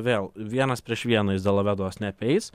vėl vienas prieš vieną jis metju delovedovos neapeis